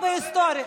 שיעור בהיסטוריה.